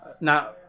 Now